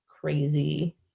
crazy